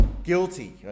Guilty